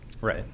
Right